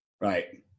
Right